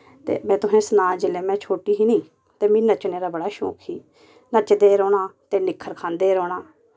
ते में तुसें सनाऽ जिसलै में शोटी ही नी ते मीं नच्चने दा बड़ा शोंक ही नच्चदे रौह्ना ते निक्खर खंदे रौह्ना